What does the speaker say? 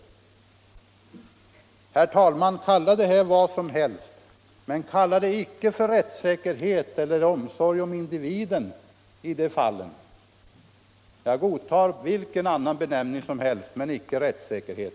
Herr talman! Kalla detta vad som helst, men kalla det icke rättssäkerhet eller omsorg om individen. Jag godtar vilken annan benämning som helst, men inte rättssäkerhet.